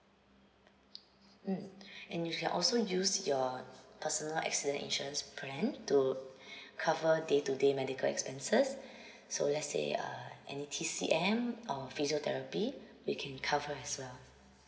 mm and you can also use your personal accident insurance plan to cover day to day medical expenses so let's say uh any T_C_M or physiotherapy we can cover as well